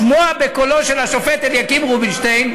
לשמוע בקולו של השופט אליקים רובינשטיין,